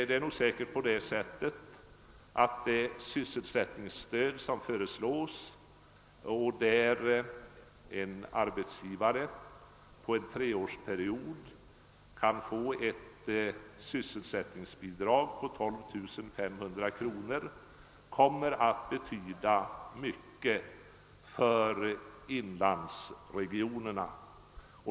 Det är säkerligen så, att det sysselsättningsstöd som föreslås — vilket innebär, att en arbetsgivare under en treårsperiod kan få ett sysselsättningsbidrag på 12500 kr. — kommer att betyda mycket för inlandsregionerna.